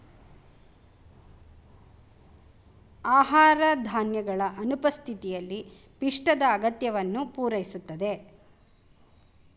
ಆಹಾರ ಧಾನ್ಯಗಳ ಅನುಪಸ್ಥಿತಿಯಲ್ಲಿ ಪಿಷ್ಟದ ಅಗತ್ಯವನ್ನು ಪೂರೈಸುತ್ತದೆ